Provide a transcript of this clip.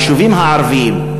של היישובים הערביים,